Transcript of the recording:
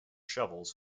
shovels